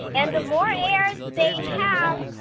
and the more air they have,